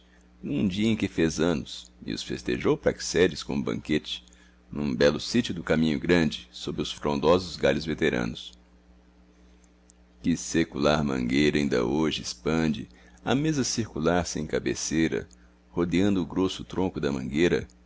num dia em que fez anos e os festejou praxedes co'um banquete num belo sítio do caminho grande sob os frondosos galhos veteranos que secular mangueira inda hoje expande a mesa circular sem cabeceira rodeando o grosso tronco da mangueira